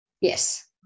Yes